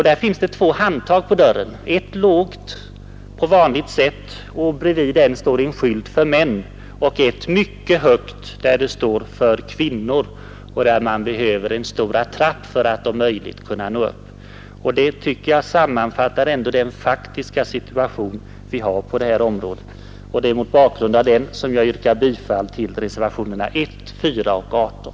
Det finns två handtag på dörren, ett placerat på vanligt sätt och bredvid det står en skylt FÖR MÄN, och ett mycket högt placerat handtag vid vilket det står FÖR KVINNOR och som man behöver en stor trapp för att möjligen kunna nå upp till. Herr talman, den bilden sammanfattar den faktiska situation vi har på det här området för kvinnorna, och det är mot den bakgrunden som jag yrkar bifall till reservationerna 1, 4 och 18.